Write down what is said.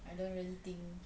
I don't really think